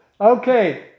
Okay